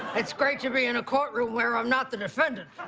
it's great to be in a courtroom where i'm not the defendant.